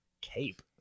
Cape